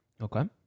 Okay